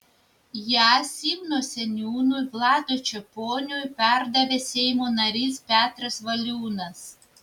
ją simno seniūnui vladui čeponiui perdavė seimo narys petras valiūnas